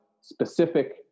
specific